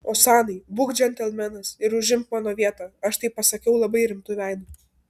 osanai būk džentelmenas ir užimk mano vietą aš tai pasakiau labai rimtu veidu